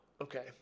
okay